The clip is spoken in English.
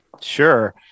Sure